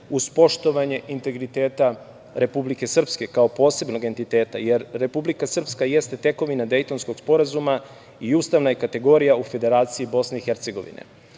uz poštovanje integriteta Republike Srpske kao posebnog identiteta, jer Republika Srpska jeste tekovina Dejtonskog sporazuma i ustavna je kategorija u Federaciji Bosne i Hercegovine. Što